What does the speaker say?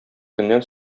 көннән